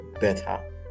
better